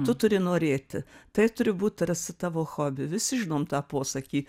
tu turi norėti tai turi būt tarsi tavo hobiu visi žinom tą posakį